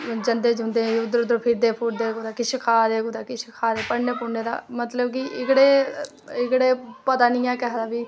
जंदे जुदे इध्दर उध्दर फिरदे फुरदे कुदै किश खाद्धे कुदै किश खाद्धे पढ़ने पुढ़ने दा मतलव कि एह्कड़े पता नी ऐ किसे दा बी